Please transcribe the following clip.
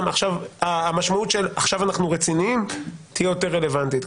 המשמעות של עכשיו אנחנו רציניים תהיה יותר רלוונטית.